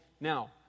Now